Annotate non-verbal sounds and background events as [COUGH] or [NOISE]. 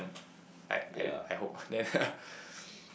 I I I hope then [LAUGHS]